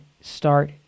start